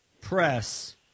press